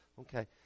Okay